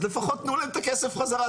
אז לפחות תנו להם את הכסף חזרה.